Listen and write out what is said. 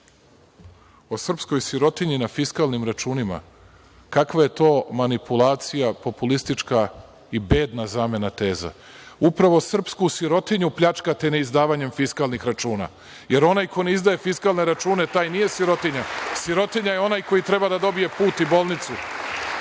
o srpskoj sirotinji na fiskalnim računima, kakva je to manipulacija populistička i bedna zamena teza. Upravo srpsku sirotinju pljačkate neizdavanjem fiskalnih računa, jer onaj ko ne izdaje fisklane račune taj nije sirotinja, sirotinja je onaj koji treba da dobije put i bolnicu.